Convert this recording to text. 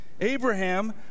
Abraham